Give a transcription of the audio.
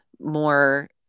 more